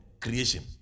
creation